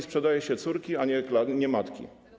Sprzedaje się córki, a nie matki.